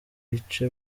bice